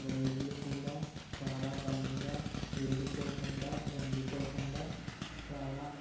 వైర్లు కూడా చాలా బలంగా విరిగిపోకుండా వంగిపోకుండా చాలా